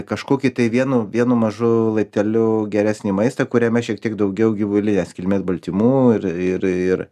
kažkokį tai vienu vienu mažu laipteliu geresnį maistą kuriame šiek tiek daugiau gyvulinės kilmės baltymų ir ir ir